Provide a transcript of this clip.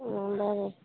बरें